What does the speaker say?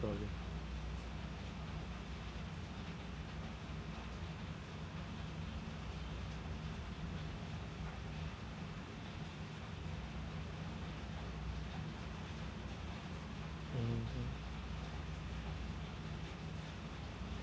probably mmhmm